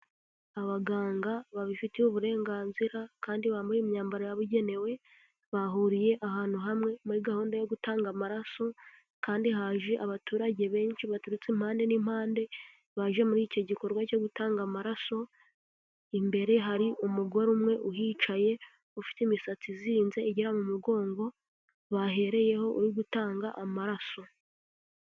Abaganga babifitiye uburenganzira kandi bambaye imyambaro yabugenewe, bahuriye ahantu hamwe muri gahunda yo gutanga amaraso kandi haje abaturage benshi baturutse impande n'impande, baje muri icyo gikorwa cyo gutanga amaraso, imbere hari umugore umwe uhicaye ufite imisatsi izinze igera mu mugongo bahereyeho uri gutanga amaraso.